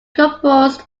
composed